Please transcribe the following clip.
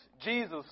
Jesus